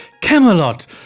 Camelot